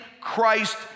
Christ